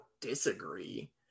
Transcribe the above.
disagree